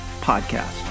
podcast